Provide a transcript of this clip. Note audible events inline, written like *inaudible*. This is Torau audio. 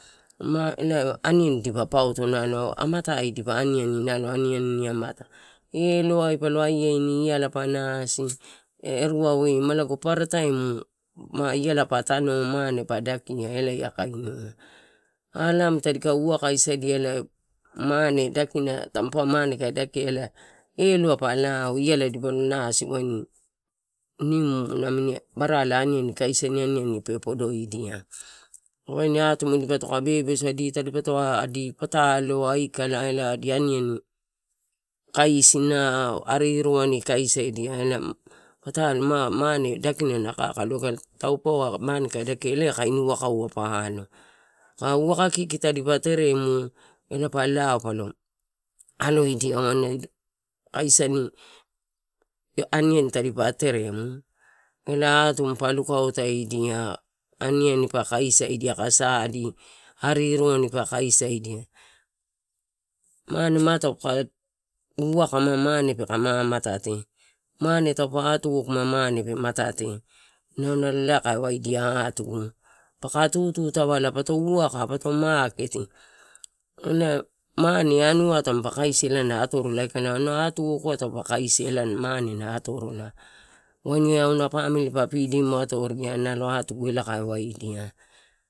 Maa elae aniani dipa pauto, amatai dipa aniani, aniani namin amata. Eloai palo aiaini, iala pa nasi, *hesitation* erua wei ma lago paparataim ma iala pa tanu mane pa dakia, elae kainiua. Alamu tadika uwaka sadi elae mane dakina, tampau mane kai dakia elae, eloai pa lao iala dipo lo nasi waini nimu namini parala kaisan aniani pe. Podoidia waini atumu dipotoko bebesu adi, tadipotokoua patalo ikala elae adi aniani kaisina, ariruani kaisaidia elae, patalo maa mane daki na kakalo aikala, taupe mane kai daki elae kainiua uwaka pa alo, aka uwaka kiki tadipa teremu elae pa lao polo, aloidia *hesitation* kaisani aniani tadipa teremu elae atumu pa lukautadia, aniani. Pa kaisaidia aka aka sa adi ariruani pakaisaidia mane ma taupaka uwaka, ma peke mamatate, mane taupe hatwok ma mane pe matate, inau nalo elae kai waidia atugu. Paka tututa vala pato uwaka pato makete elae mane anuai taupa kaisia elae na atorrla aikala, auna hatwok taupa kaisia elae mane na atorola waini auna pamili pa pidim atoria nalo atugu elae kai waidia.